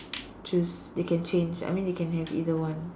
choose they can change I mean they can have either one